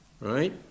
right